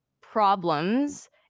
problems